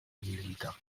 jelita